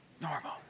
Normal